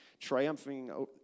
triumphing